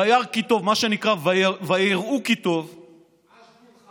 וירא כי טוב, מה שנקרא ויראו כי טוב, בדיוק.